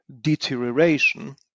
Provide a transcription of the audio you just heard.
deterioration